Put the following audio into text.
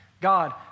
God